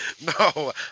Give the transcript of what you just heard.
No